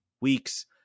weeks